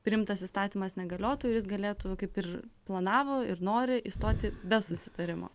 priimtas įstatymas negaliotų ir jis galėtų kaip ir planavo ir nori išstoti be susitarimo